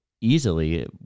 easily